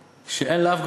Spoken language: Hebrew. לך,